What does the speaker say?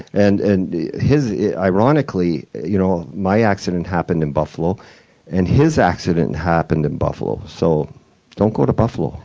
and and his ironically, you know my accident happened in buffalo and his accident happened in buffalo, so don't go to buffalo